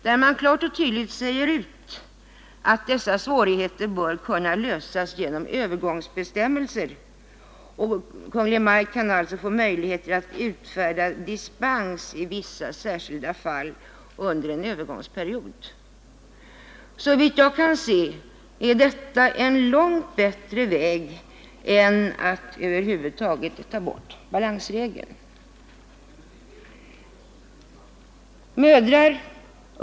Här sägs klart och tydligt ut att dessa svårigheter bör kunna lösas genom övergångsbestämmelser. Kungl. Maj:t skulle alltså få möjlighet att utfärda dispens i vissa särskilda fall under en övergångsperiod. Såvitt jag kan se är detta en långt bättre väg än att ta bort balansregeln.